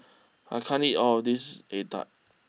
I can't eat all of this Egg Tart